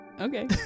okay